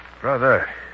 Brother